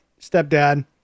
stepdad